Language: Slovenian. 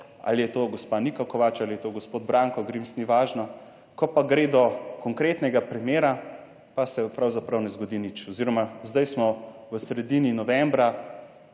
ali je to gospa Nika Kovač ali je to gospod Branko Grims, ni važno, ko pa gre do konkretnega primera, pa se pravzaprav ne zgodi nič oziroma, zdaj smo v sredini novembra,